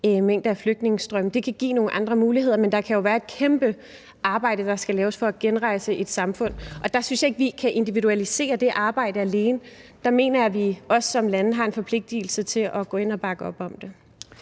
mængde flygtningestrømme. Det kan give nogle andre muligheder, men det kan jo være et kæmpe arbejde, der skal laves, for at genrejse et samfund. Der synes jeg ikke, at vi kan individualisere det arbejde alene. Der mener jeg, at vi også som lande har en forpligtelse til at gå ind og bakke op om det.